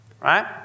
right